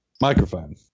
microphone